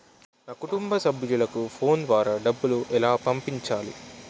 నా కుటుంబ సభ్యులకు ఫోన్ ద్వారా డబ్బులు ఎలా పంపించాలి?